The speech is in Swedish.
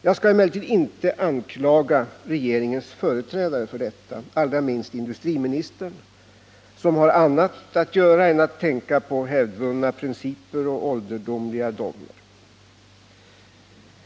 Jag skall emellertid inte anklaga regeringens företrädare för detta, allra minst industriministern som har annat att göra än tänka på hävdvunna principer och ålderdomliga dogmer.